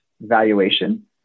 valuation